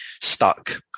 stuck